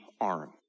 arm